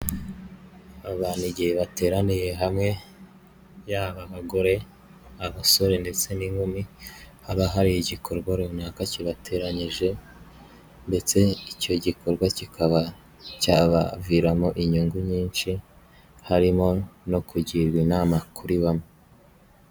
Abantu igihe bateraniye hamwe yaba abagore, abasore ndetse n'inkumi, haba hari igikorwa runaka kibateranyije ndetse icyo gikorwa kikaba cyabaviramo inyungu nyinshi, harimo no kugirwa inama kuri bamwe.